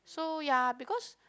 so ya because